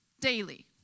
daily